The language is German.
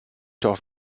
doch